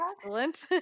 Excellent